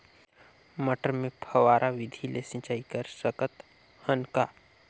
मटर मे फव्वारा विधि ले सिंचाई कर सकत हन का?